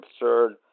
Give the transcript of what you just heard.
absurd